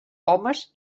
homes